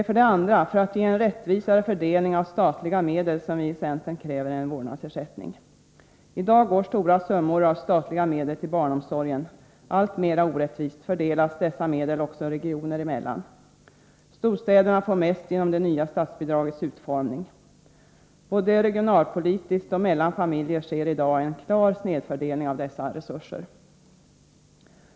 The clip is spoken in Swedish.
För det andra är det för att ge en rättvisare fördelning av statliga medel som vi i centern kräver en vårdnadsersättning. I dag går stora summor till barnomsorgen, och de fördelas alltmera orättvist också regioner emellan. Storstäderna får mest genom det nya statsbidragets utformning. Både regionalpolitiskt och mellan familjer sker i dag en klar snedfördelning av dessa resurser.